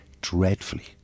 dreadfully